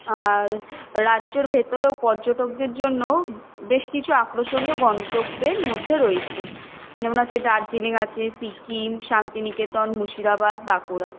আর রাজ্যর ভেতরেও পর্যটকদের জন্য বেশ কিছু আক্রর্ষণীয় গন্তব্যের মধ্যে রয়েছে যেমন আছে দার্জিলিং আছে সিকিম শান্তিনিকেতন মুর্শিদাবাদ বাঁকুড়া